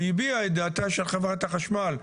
והביע את דעתה של חברת החשמל.